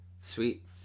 Sweet